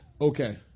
okay